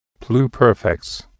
pluperfects